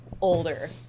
older